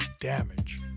damage